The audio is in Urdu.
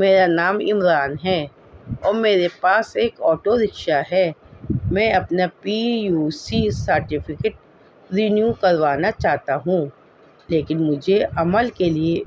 میرا نام عمران ہے اور میرے پاس ایک آٹو رکشا ہے میں اپنا P U C certificate renew کروانا چاہتا ہوں لیکن مجھے عمل کے لیے